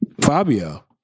fabio